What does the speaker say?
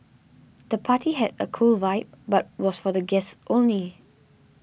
the party had a cool vibe but was for the guests only